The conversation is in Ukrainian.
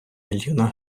мільйона